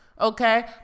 okay